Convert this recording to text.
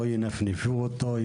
לא ינפנפו אותו,